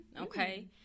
okay